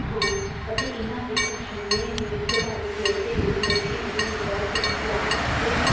ਹਨ ਅਤੇ ਇਹਨਾਂ ਵਿੱਚ ਜਿੰਨੇ ਵੀ ਖਿਡਾਰੀ ਖੇਡਦੇ ਹਨ ਲੋਕ ਉਹਨਾਂ ਨੂੰ ਬਹੁਤ ਹੀ ਪਿਆਰ ਅਤੇ